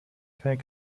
keine